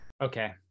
Okay